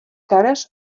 cares